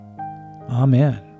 Amen